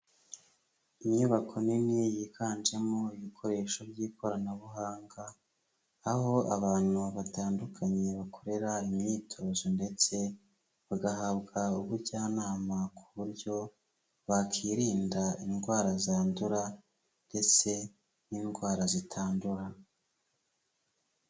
Inyubako nini yiganjemo ibikoresho by'ikoranabuhanga, aho abantu batandukanye bakorera imyitozo ndetse bagahabwa ubujyanama ku buryo bakirinda indwara zandura ndetse n'indwara zitandura.